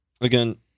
again